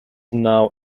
now